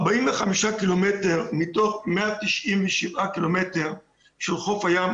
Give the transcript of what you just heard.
45 קילומטר מתוך 197 קילומטרים של חוף הים,